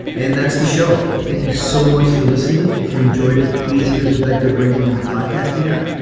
and that's the show. thank you so much for listening. if you enjoyed it, please hit us with that good reading in the podcasting app.